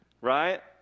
right